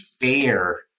fair